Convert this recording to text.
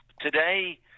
today